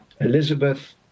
Elizabeth